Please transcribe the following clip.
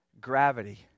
gravity